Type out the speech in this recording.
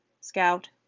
Scout